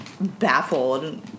baffled